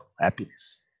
happiness